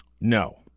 No